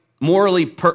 morally